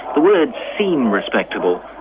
the words seem respectable,